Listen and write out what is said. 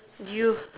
you